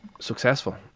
successful